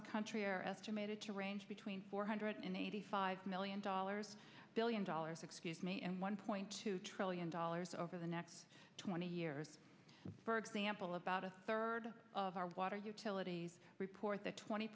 the country are estimated to range between four hundred and eighty five million dollars billion dollars excuse me and one point two trillion dollars over the next twenty years for example about a third of our water utilities report that twenty